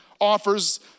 offers